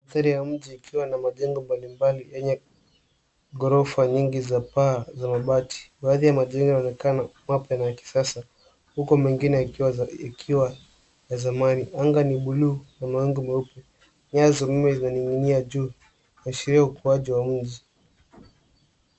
Feri la mji ikiwa na majengo mbalimbali yenye ghorofa nyingi za paa za mabati. Baadhi ya majengo yanaonekana mapya na ya kisasa uku mengine yakiwa ya zamani. Anga ni(cs) blue(cs) na mawingu meupe nyayo za umeme zinaning'inia juu zikiashiria ukuaji wa mjii.